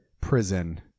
prison